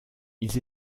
ils